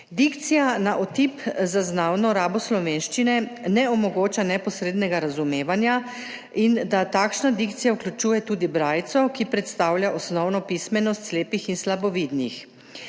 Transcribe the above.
Dikcija na otip zaznavno rabo slovenščine ne omogoča neposrednega razumevanja in takšna dikcija vključuje tudi brajico, ki predstavlja osnovno pismenost slepih in slabovidnih.